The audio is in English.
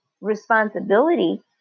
responsibility